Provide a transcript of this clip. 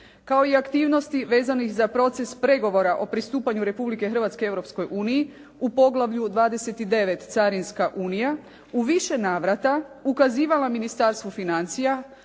kao i aktivnosti vezanih za proces pregovora o pristupanju Republike Hrvatske Europskoj uniji u poglavlju 29.-Carinska unija, u više navrata ukazivala Ministarstvu financija,